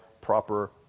proper